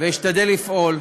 יש נושאים שלא צוחקים.